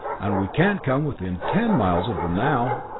and we can't come within ten miles of them now.